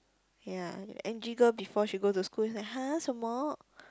ya your M_G girl before she go to school is like !huh! 什么